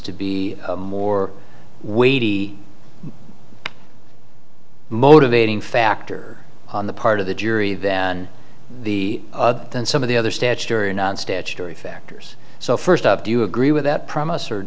to be more weighty motivating factor on the part of the jury than the other than some of the other statutory non statutory factors so first up do you agree with that promise or